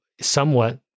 somewhat